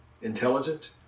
intelligent